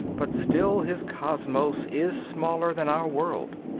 but still his cosmos is smaller than our world.